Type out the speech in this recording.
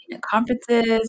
conferences